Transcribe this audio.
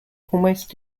almost